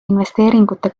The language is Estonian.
investeeringute